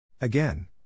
Again